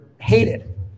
hated